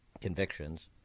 convictions